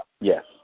Yes